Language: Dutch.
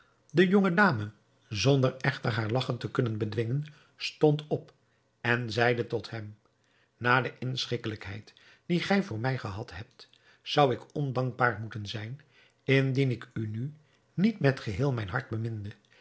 de jonge dame zonder echter haar lagchen te kunnen bedwingen stond op en zeide tot hem na de inschikkelijkheid die gij voor mij gehad hebt zou ik ondankbaar moeten zijn indien ik u nu niet met geheel mijn hart beminde